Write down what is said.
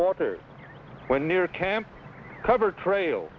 water when near camp cover trail